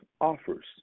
offers